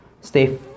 stay